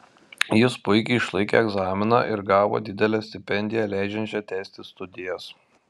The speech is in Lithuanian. jis puikiai išlaikė egzaminą ir gavo didelę stipendiją leidžiančią tęsti studijas